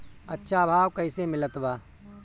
अच्छा भाव कैसे मिलत बा?